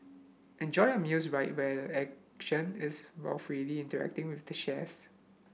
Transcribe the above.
enjoy your meals right where the action is while freely interacting with the chefs